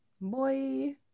Boy